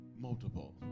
multiple